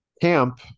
Camp